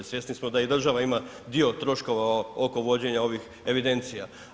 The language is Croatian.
Svjesni smo da i država ima dio troškova oko vođenja ovih evidencija.